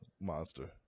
monster